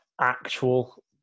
actual